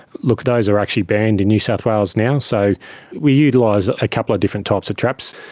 look, those are actually banned in new south wales now. so we utilise a couple of different types of traps,